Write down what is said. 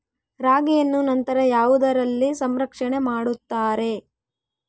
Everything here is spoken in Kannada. ರಾಗಿಯನ್ನು ನಂತರ ಯಾವುದರಲ್ಲಿ ಸಂರಕ್ಷಣೆ ಮಾಡುತ್ತಾರೆ?